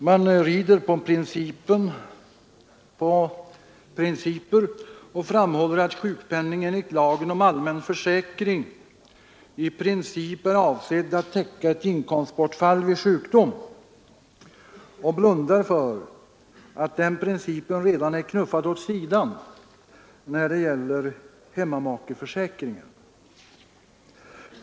Man rider på principer och framhåller att sjukpenning enligt lagen om allmän försäkring i princip är avsedd att täcka ett inkomstbortfall vid sjukdom. Utskottsmajoriteten blundar alltså för att den principen redan är knuffad åt sidan när det gäller hemmamakeförsäkringen.